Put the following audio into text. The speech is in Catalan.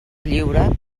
lliure